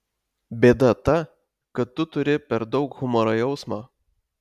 bėda ta kad tu turi per daug humoro jausmo